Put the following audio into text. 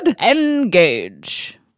Engage